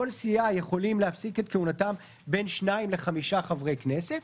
כל סיעה יכולה להפסיק את כהונתם של בין שניים לחמישה חברי כנסת,